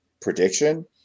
prediction